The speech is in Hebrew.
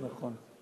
נכון.